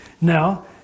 Now